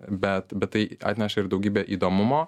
bet bet tai atneša daugybę įdomumo